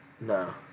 No